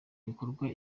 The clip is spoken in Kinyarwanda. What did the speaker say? bikorwa